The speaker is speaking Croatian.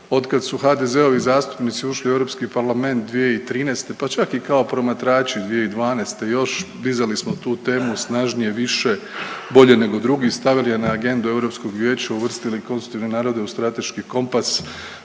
od kad su HDZ-ovi zastupnici ušli u Europski parlament 2013. pa čak i kako promatrači 2012. još dizali smo tu temu snažnije, više, bolje nego drugi, stavili je na agendu Europskog vijeća, uvrstili konstitutivne narode u strateški kompas,